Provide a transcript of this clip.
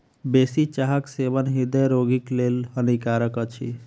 बेसी चाहक सेवन हृदय रोगीक लेल हानिकारक अछि